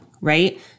right